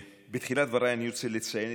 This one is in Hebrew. בתחילת דברי אני רוצה לציין,